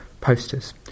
Posters